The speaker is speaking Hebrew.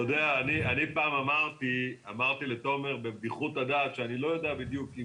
אני פעם אמרתי לתומר בבדיחות הדעת שאני לא יודע בדיוק אם